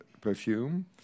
perfume